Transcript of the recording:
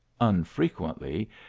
unfrequently